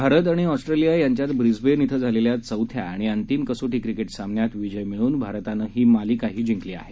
भारत आणि ऑस्ट्रेलिया यांच्यात ब्रिस्बेन इथं झालेल्या चौथ्या आणि अंतिम कसोटी क्रिकेट सामन्यात विजय मिळवून भारतानं ही मालिकाही जिंकली आहे